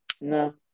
No